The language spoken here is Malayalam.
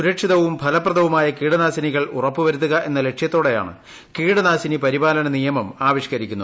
സുരക്ഷിതവും ഫലപ്രദവുമായ കീടനാശിനികൾ ഉറപ്പ് വരുത്തുക എന്ന ലക്ഷ്യത്തോടെയാണ് കീടനാശിനി പരിപാലന നിയമം ആവിഷ്ക്കരിക്കുന്നത്